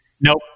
Nope